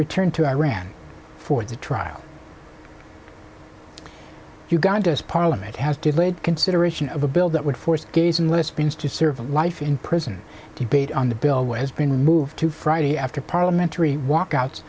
return to iran for the trial uganda's parliament has delayed consideration of a bill that would force gays and lesbians to serve life in prison debate on the bill which has been moved to friday after parliamentary walkouts